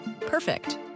Perfect